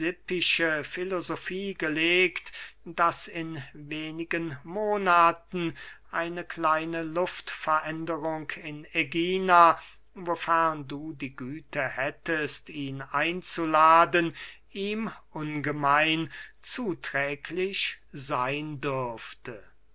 filosofie gelegt daß in wenigen monaten eine kleine luftveränderung in ägina wofern du die güte hättest ihn einzuladen ihm ungemein zuträglich seyn dürfte